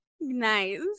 Nice